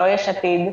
לא יש עתיד,